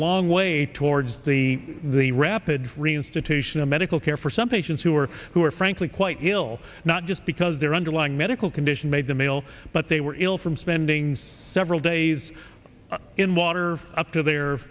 long way towards the the rapid reinstitution of medical care for some patients who are who are frankly quite ill not just because their underlying medical condition made the middle but they were ill from spending several days in water up to their